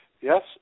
Yes